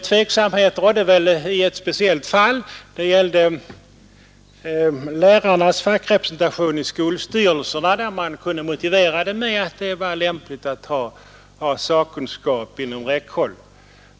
Tveksamhet rådde väl i ett speciellt fall — det gällde lärarnas fackrepresentation i skolstyrelserna, där man kunde motivera denna representation med att det var lämpligt att ha sakkunskap inom räckhåll.